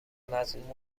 مظلوم